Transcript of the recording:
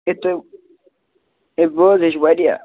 ہے تُہۍ ہے بہٕ حظ ہٮ۪چھ واریاہ